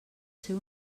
ser